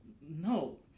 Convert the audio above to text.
no